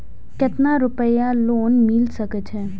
केतना रूपया लोन मिल सके छै?